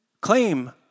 Claim